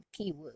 keywords